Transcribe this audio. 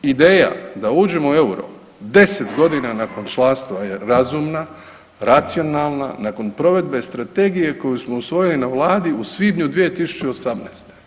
Ideja da uđemo u euro deset godina nakon članstva je razumna, racionalna nakon provedbe strategije koju smo usvojili na Vladi u svibnju 2018.